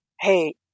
Hey